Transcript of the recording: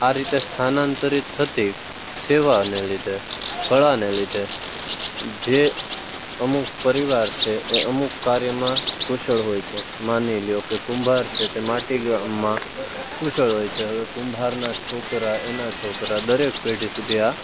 આ રીતે સ્થાનાંતરિત થતી સેવાને લીધે કળાના લીધે જે અમુક પરિવાર છે એ અમુક કાર્યમાં કુશળ હોય છે માની લો કે કુંભાર છે તે માટીકામમાં કુશળ હોય છે આવે કુંભારના છોકરા એના છોકરા દરેક પેઢી સુધી આ